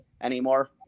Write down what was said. anymore